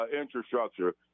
infrastructure